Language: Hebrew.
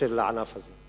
ופיתוח הכפר בקשר לענף הזה.